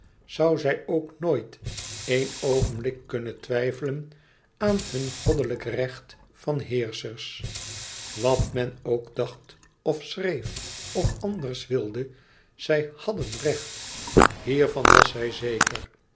zoû zij ook nooit éen oogenblik kunnen twijfelen aan hun goddelijk recht van heerschers wat men ook dacht of schreef of anders wilde zij hàdden recht hiervan was zij zeker